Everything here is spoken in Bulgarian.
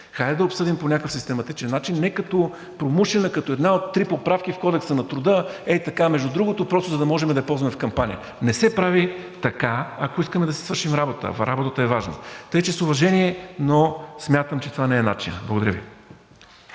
хайде да я обсъдим по някакъв систематичен начин, не промушена като една от три поправки в Кодекса на труда ей така, между другото, просто за да може да я ползваме в кампания. Не се прави така, ако искаме да си свършим работата, а работата е важна, тъй че с уважение, но смятам, че това не е начинът. Благодаря Ви.